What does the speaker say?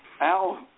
Al